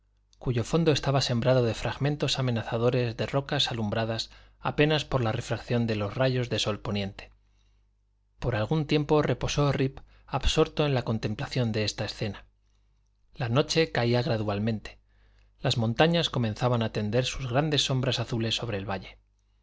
cuyo fondo estaba sembrado de fragmentos amenazadores de rocas alumbradas apenas por la refracción de los rayos del sol poniente por algún tiempo reposó rip absorto en la contemplación de esta escena la noche caía gradualmente las montañas comenzaban a tender sus grandes sombras azules sobre el valle